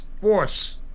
force